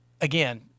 again